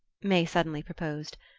may suddenly proposed.